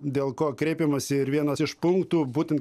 dėl ko kreipiamasi ir vienas iš punktų būtent